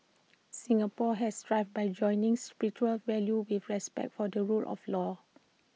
Singapore has thrived by joining spiritual values with respect for the rule of law